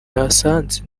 yahasanze